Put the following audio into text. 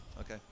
okay